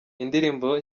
indirimbo